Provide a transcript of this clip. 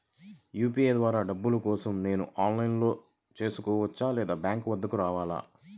UPI ద్వారా డబ్బులు కోసం నేను ఆన్లైన్లో చేసుకోవచ్చా? లేదా బ్యాంక్ వద్దకు రావాలా?